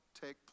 take